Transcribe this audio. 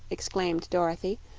exclaimed dorothy.